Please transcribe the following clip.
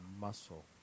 muscle